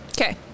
Okay